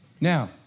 Now